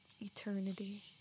eternity